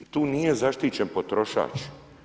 I tu nije zaštićen potrošač.